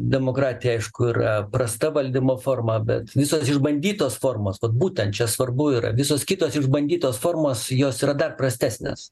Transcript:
demokratija aišku yra prasta valdymo forma bet visos išbandytos formos vat būtent čia svarbu yra visos kitos išbandytos formos jos yra dar prastesnės